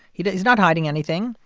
you know he's not hiding anything.